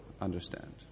understand